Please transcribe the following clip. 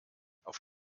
auf